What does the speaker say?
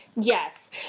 Yes